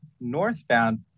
northbound